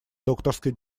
докторской